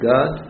God